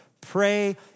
pray